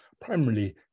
primarily